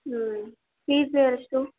ಹೂಂ fees ಎಷ್ಟು